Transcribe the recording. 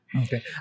Okay